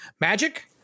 Magic